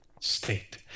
state